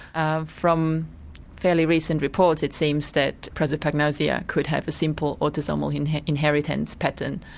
um from fairly recent reports it seems that prosopagnosia could have a simple autosomal and inheritance pattern.